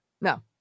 No